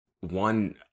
one